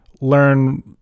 learn